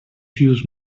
fuse